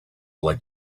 like